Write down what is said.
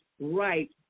right